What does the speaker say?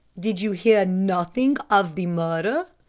did you hear nothing of the murder?